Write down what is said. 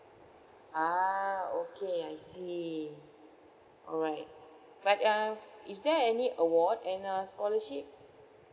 ah okay I see alright right um is there any award in a scholarship